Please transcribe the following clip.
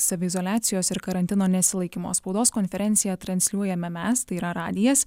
saviizoliacijos ir karantino nesilaikymo spaudos konferenciją transliuojame mes tai yra radijas